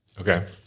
Okay